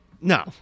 no